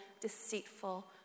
deceitful